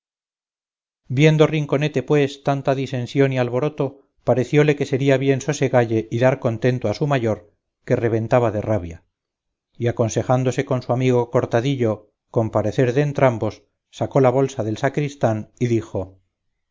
viendo rinconete pues tanta disensión y alboroto parecióle que sería bien sosegalle y dar contento a su mayor que reventaba de rabia y aconsejándose con su amigo cortadilo con parecer de entrambos sacó la bolsa del sacristán y dijo